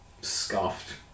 scuffed